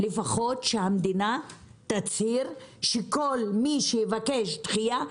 לפחות שהמדינה תצהיר שכל מי שיבקש דחייה,